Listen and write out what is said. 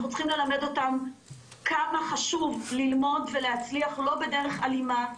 אנחנו צריכים ללמד אותם כמה חשוב ללמוד ולהצליח לא בדרך אלימה.